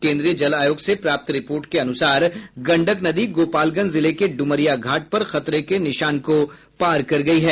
केन्द्रीय जल आयोग से प्राप्त रिपोर्ट के अनुसार गंडक नदी गोपालगंज जिले के ड्मरिया घाट पर खतरे के निशान को पार कर गयी है